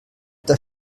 das